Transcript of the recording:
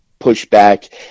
pushback